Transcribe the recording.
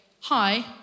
hi